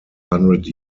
hundred